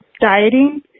dieting